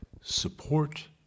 support